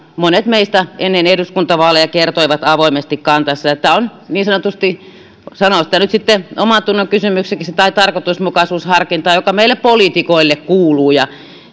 monet meistä ennen eduskuntavaaleja kertoivat avoimesti kantansa tämä on niin sanotusti sanoo sitä nyt sitten omantunnonkysymykseksi tai tarkoituksenmukaisuusharkinnaksi asia joka meille poliitikoille kuuluu